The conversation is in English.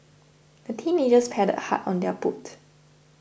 the teenagers paddled hard on their boat